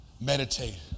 Meditate